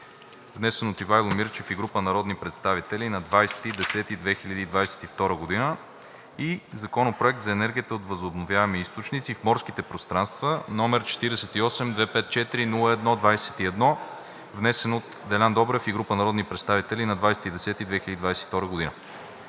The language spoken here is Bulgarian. внесен от Ивайло Мирчев и група народни представители на 20 октомври 2022 г., и Законопроект за енергията от възобновяеми източници в морските пространства, № 48-254-01-21, внесен от Делян Добрев и група народни представители на 20 октомври